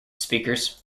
speakers